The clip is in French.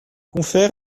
confer